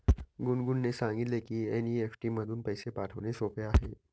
गुनगुनने सांगितले की एन.ई.एफ.टी मधून पैसे पाठवणे सोपे आहे